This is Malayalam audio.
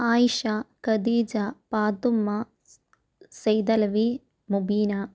ആയിഷ ഖദീജ പാത്തുമ്മ സ് സൈദലവി മുബീന